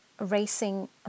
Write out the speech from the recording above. racing